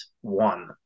one